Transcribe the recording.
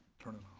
turn